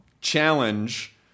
challenge